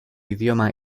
idioma